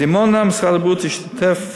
בדימונה משרד הבריאות השתתף,